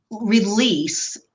release